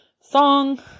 song